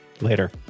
Later